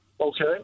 Okay